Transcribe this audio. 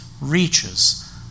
reaches